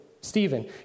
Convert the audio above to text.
Stephen